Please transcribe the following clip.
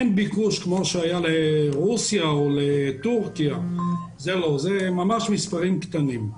אין ביקוש כמו שהיה לרוסיה או לתורכיה אלא מדובר במספרים ממש קטנים.